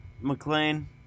McLean